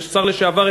השר לשעבר,